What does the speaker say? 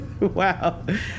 Wow